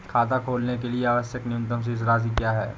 खाता खोलने के लिए आवश्यक न्यूनतम शेष राशि क्या है?